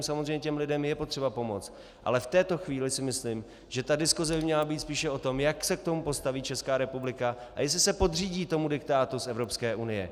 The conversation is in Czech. Samozřejmě těm lidem je potřeba pomoct, ale v této chvíli si myslím, že ta diskuse by měla být spíš o tom, jak se k tomu postaví Česká republika a jestli se podřídí tomu diktátu z Evropské unie.